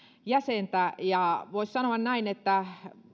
jäsentä voisi sanoa näin että